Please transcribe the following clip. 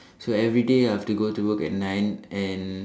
so everyday I have to go to work at nine and